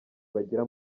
bagira